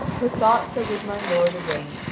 her thoughts are with my lord yvain,